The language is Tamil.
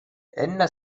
என்ன